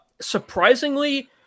surprisingly